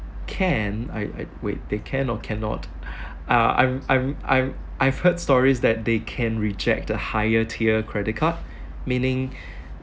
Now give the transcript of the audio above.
can I I wait they can or cannot uh I'm I'm I'm I've heard stories that they can reject a higher tier credit card meaning